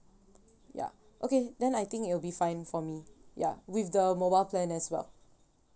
ya okay then I think it'll be fine for me ya with the mobile plan as well